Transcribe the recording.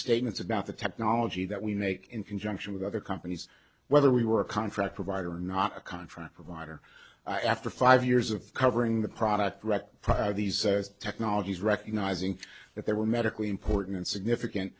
statements about the technology that we make in conjunction with other companies whether we were a contract provider or not a contract provider after five years of covering the product direct proud of these technologies recognizing that they were medically important and significant